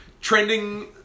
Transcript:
Trending